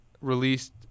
released